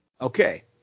Okay